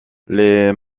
les